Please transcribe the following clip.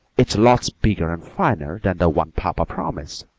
it's lots bigger and finer than the one papa promised.